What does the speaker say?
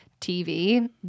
TV